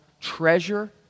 treasure